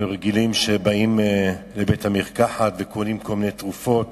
אנחנו רגילים שבאים לבית-המרקחת וקונים כל מיני תרופות